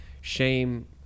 shame